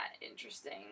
interesting